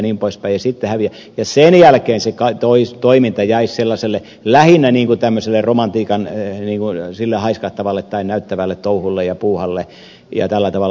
niin sitten ne häviävät ja sen jälkeen se toiminta jäisi lähinnä tämmöiselle romantiikan tasolle sille haiskahtavaksi tai näyttäväksi touhuksi ja puuhaksi ja tällä tavalla